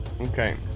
Okay